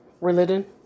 religion